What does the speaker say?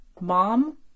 mom